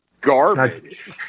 garbage